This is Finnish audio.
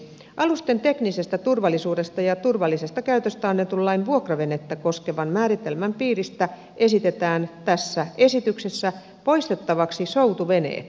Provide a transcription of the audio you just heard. alusten teknisestä turvallisuudesta ja turvallisesta käytöstä annetun lain vuokravenettä koskevan määritelmän piiristä esitetään tässä esityksessä poistettavaksi soutuveneet